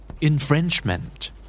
infringement